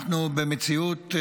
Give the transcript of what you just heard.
אנחנו במציאות,